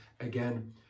again